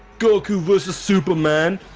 cuckoo vs superman